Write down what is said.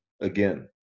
again